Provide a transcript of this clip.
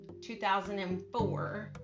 2004